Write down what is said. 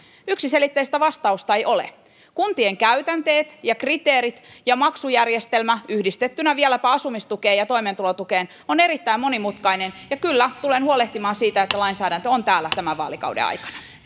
yksiselitteistä vastausta ei ole kuntien käytänteet ja kriteerit ja maksujärjestelmä yhdistettynä vieläpä asumistukeen ja toimeentulotukeen ovat erittäin monimutkainen asia ja kyllä tulen huolehtimaan siitä että lainsäädäntö on täällä tämän vaalikauden aikana